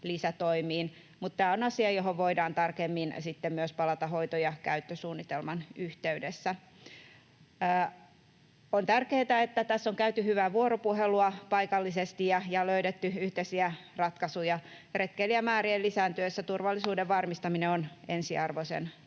tämä on asia, johon voidaan tarkemmin sitten myös palata hoito‑ ja käyttösuunnitelman yhteydessä. On tärkeätä, että tässä on käyty hyvää vuoropuhelua paikallisesti ja löydetty yhteisiä ratkaisuja. Retkeilijämäärien lisääntyessä turvallisuuden varmistaminen on ensiarvoisen